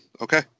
okay